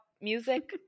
Music